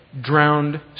drowned